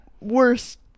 Worst